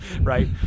Right